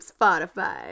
Spotify